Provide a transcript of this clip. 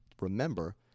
remember